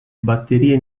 batterie